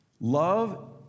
Love